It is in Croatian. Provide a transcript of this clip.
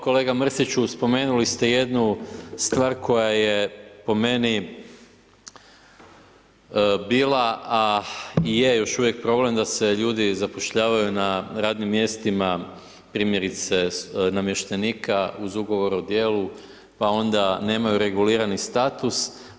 Kolega Mrsiću spomenuli ste jednu stvar koja je po meni bila a i je još uvijek problem da se ljudi zapošljavaju na radnim mjestima, primjerice namještenika uz ugovor o djelu pa onda nemaju regulirani status.